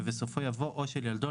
ובסופו יבוא "או של ילדו,